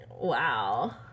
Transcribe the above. wow